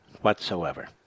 whatsoever